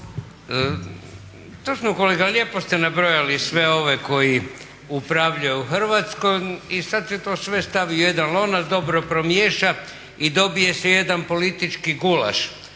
Točno kolega, lijepo ste nabrojali sve ove koji upravljaju Hrvatskom i sad se sve to stavi u jedan lonac, dobro promiješa i dobije se jedan politički gulaš